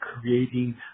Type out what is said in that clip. creating